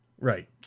right